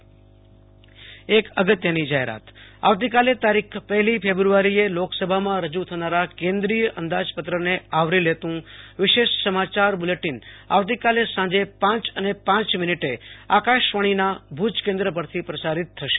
આસતોષ અંતાણી અગત્યની જાહેરાત આવતીકાલે તારીખ પહેલી ફેબુઆરીએ લોકસભામાં રજ્ થનારા કેન્દ્રીય અંદાજપત્રને આવરી લેતું વિશેષ સમાચાર બુલેટિન આવતીકાલે સાંજે પાંચ અને પાંચ મિનિટે આકાશેવાણીનાં ભુજ કેન્દ્ર પરથી પ્રસારિત થશે